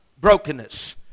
Brokenness